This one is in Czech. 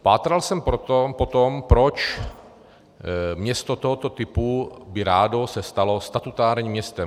Pátral jsem proto po tom, proč město tohoto typu by se rádo stalo statutárním městem.